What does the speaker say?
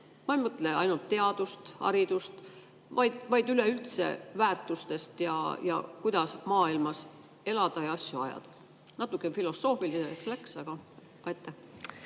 Ma ei mõtle ainult teadust, haridust, vaid üleüldse väärtusi ja kuidas maailmas elada ja asju ajada. Natukene filosoofiliseks läks, aga ...